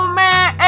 man